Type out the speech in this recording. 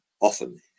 often